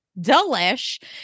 delish